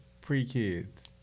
pre-kids